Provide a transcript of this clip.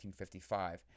1955